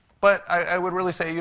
but i would really say, you